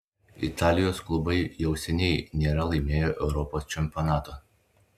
italijos klubai jau seniai nėra laimėję europos čempionato